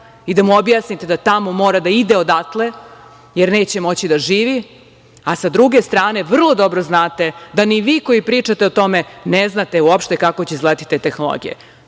i da mu objasnite da tamo mora da ide odatle, jer neće moći da živi, a s druge strane vrlo dobro znate da ni vi koji pričate o tome ne znate uopšte kako će izgledati te tehnologije.